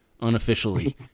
unofficially